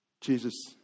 Jesus